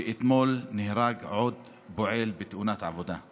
שאתמול נהרג עוד פועל בתאונת עבודה.